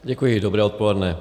Děkuji, dobré odpoledne.